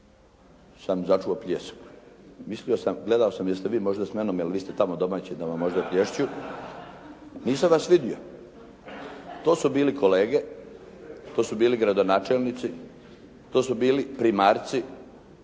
Mislio sam, gledao sam jeste Vi možda sa mnom jer Vi ste tamo domaći, da Vam možda plješću. Nisam Vas vidio. To su bili kolege, to su bili gradonačelnici, to su bili primarci.